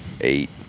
eight